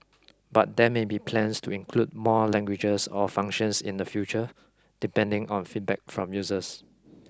but there may be plans to include more languages or functions in the future depending on feedback from users